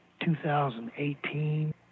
2018